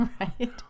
Right